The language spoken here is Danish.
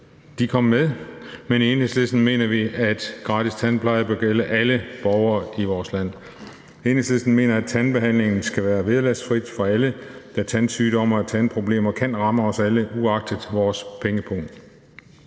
De kom med, men i Enhedslisten mener vi, at gratis tandpleje bør gælde alle borgere i vores land. Enhedslisten mener, at tandbehandlingen skal være vederlagsfri for alle, da tandsygdomme og tandproblemer kan ramme os alle, uagtet vores pengepung.